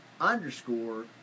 underscore